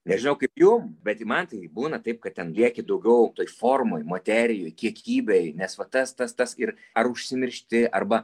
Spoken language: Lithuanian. nežinau kaip jum bet man tai būna taip kad ten lieki daugiau toj formoj materijoj kiekybėj nes va tas tas tas ir ar užsimiršti arba